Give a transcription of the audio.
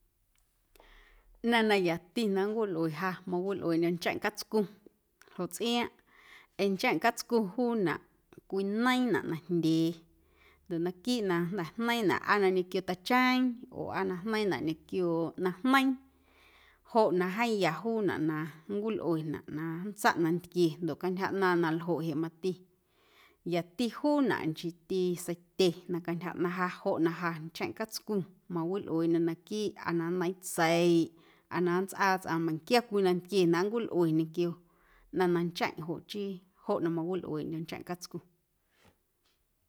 Ꞌnaⁿ na yati na nncwilꞌue ja mawilꞌueeꞌndyo̱ ncheⁿꞌ catscu ljoꞌ tsꞌiaaⁿꞌ ee ncheⁿꞌ catscu juunaꞌ cwineiiⁿnaꞌ najndyee ndoꞌ naquiiꞌ na jnda̱ jneiiⁿnaꞌ aa na ñequio tacheeⁿ oo aa na jneiiⁿnaꞌ ñequio ꞌnaⁿ jneiiⁿ joꞌ na jeeⁿ ya juunaꞌ na nncwilꞌuenaꞌ na nntsaꞌ nantquie ndoꞌ cantyja ꞌnaaⁿꞌ na ljoꞌ jeꞌ mati yati juunaꞌ nchiiti seitye na cantyja ꞌnaⁿ ja joꞌ na ja ncheⁿꞌ catscu mawilꞌueeꞌndyo̱ naquiiꞌ aa na nneiiⁿ tseiꞌ aa na nntsꞌaa tsꞌaⁿ meiⁿnquia cwii nnom nantquie na nncwilꞌue ñequio ꞌnaⁿ na ncheⁿꞌ joꞌ chii joꞌ na mawilꞌueeꞌndyo̱ ncheⁿꞌ catscu.